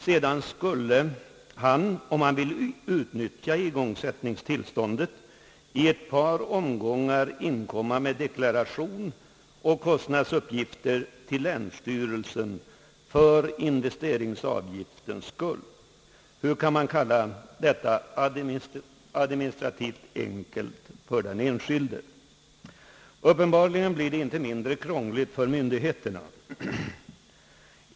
Sedan skulle han, om han vill utnyttja igångsättningstillståndet, i ett par omgångar inkomma med deklaration och kostnadsuppgifter till länsstyrelsen för investeringsavgiftens skull. Hur kan man kalla detta administrativt enkelt för den enskilde? Uppenbarligen blir det inte mindre krångligt för myndigheterna.